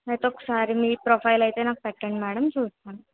అయితే ఒకసారి మీ ప్రొఫైల్ అయితే నాకు పెట్టండి మేడం చూస్తాను